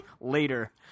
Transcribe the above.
later